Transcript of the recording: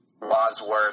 Wadsworth